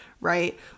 right